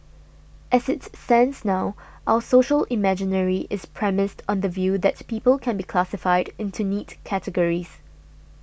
as it stands now our social imaginary is premised on the view that people can be classified into neat categories